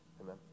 amen